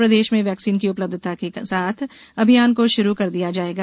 प्रदेश में वैक्सीन की उपलब्यता के साथ अभियान को शुरू कर दिया जाएगा